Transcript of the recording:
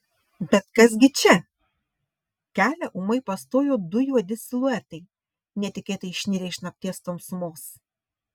bet kas gi čia kelią ūmai pastojo du juodi siluetai netikėtai išnirę iš nakties tamsumos